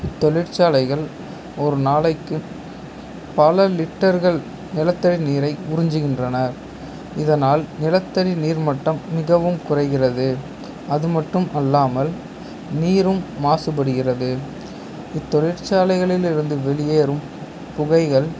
இத்தொழிற்சாலைகள் ஒரு நாளைக்கு பல லிட்டர்கள் நிலத்தடி நீரை உறுஞ்சிகின்றன இதனால் நிலத்தடி நீர்மட்டம் மிகவும் குறைகிறது அது மட்டும் அல்லாமல் நீரும் மாசுப்படுகிறது இத்தொழிற்சாலைகளிருந்து வெளியேறும் புகைகள்